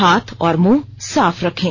हाथ और मुंह साफ रखें